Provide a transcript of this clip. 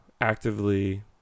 actively